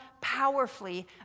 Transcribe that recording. powerfully